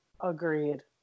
Agreed